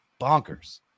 bonkers